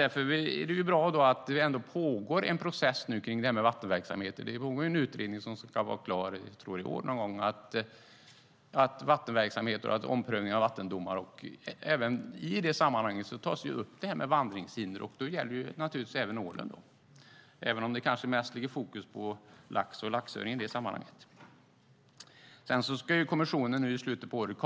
Därför är det bra att det nu pågår en process kring vattenverksamheter. Det pågår en utredning som ska vara klar i vår någon gång. Det gäller bland annat omprövning av vattendomar. I det sammanhanget tas problemet med vandringshinder upp, och det gäller naturligtvis även ålen, även om det kanske är mest lax och laxöring som är i fokus. Kommissionen ska i slutet av året